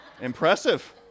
Impressive